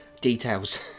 details